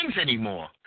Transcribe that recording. anymore